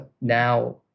Now